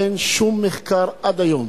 אין שום מחקר, עד היום,